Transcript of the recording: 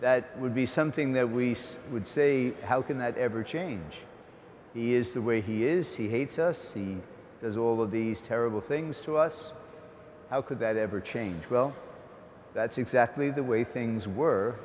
that would be something that we would say how can that ever change is the way he is he hates us as all of these terrible things to us how could that ever change well that's exactly the way things were